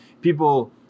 people